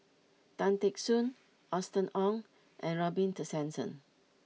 Tan Teck Soon Austen Ong and Robin Tessensohn